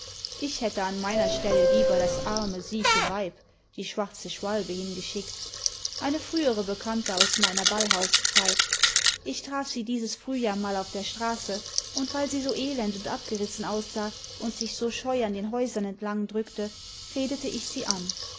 ich hätte an meiner stelle lieber das arme sieche weib die schwarze schwalbe hingeschickt eine frühere bekannte aus meiner ballhauszeit ich traf sie dieses frühjahr mal auf der straße und weil sie so elend und abgerissen aussah und sich so scheu an den häusern entlang drückte redete ich sie an